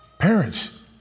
parents